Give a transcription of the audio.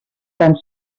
van